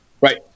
Right